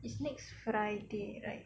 it's next friday right